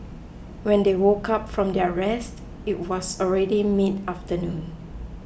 when they woke up from their rest it was already mid afternoon